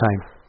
time